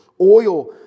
oil